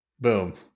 Boom